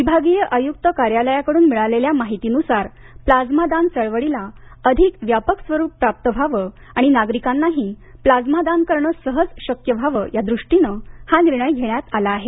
विभागीय आयुक्त कार्यालयाकडून मिळालेल्या माहितीनुसार प्लाझ्मा दान चळवळीला अधिक व्यापक स्वरूप प्राप्त व्हावं आणि नागरिकांनाही प्लाझ्मा दान करणं सहज शक्य व्हावं यादूष्टीनं हा निर्णय घेण्यात आला आहे